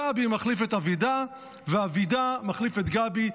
גבי מחליף את אבידע ואבידע מחליף את גבי.